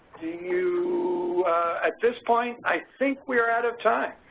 you at this point, i think we are out of time.